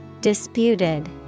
Disputed